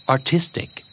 Artistic